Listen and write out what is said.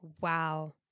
wow